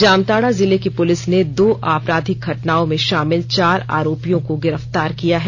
जामताड़ा जिले की पुलिस ने दो आपराधिक घटनाओं में शामिल चार आरोपियों को गिरफ़तार किया है